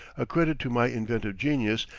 a credit to my inventive genius,